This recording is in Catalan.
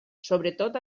sobretot